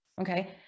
Okay